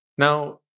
Now